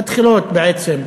מתחילות בעצם,